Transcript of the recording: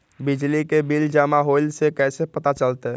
बिजली के बिल जमा होईल ई कैसे पता चलतै?